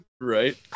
Right